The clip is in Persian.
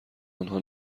آنها